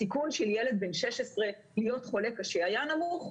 הסיכון של ילד בן 16 להיות חולה קשה היה נמוך.